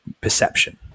perception